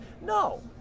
No